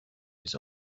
his